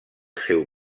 seu